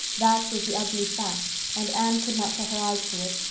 that was the ugly fact and anne could not shut her eyes to it.